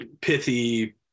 pithy